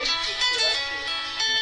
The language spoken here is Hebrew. (הישיבה נפסקה בשעה 11:15 ונתחדשה בשעה 11:18.)